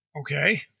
Okay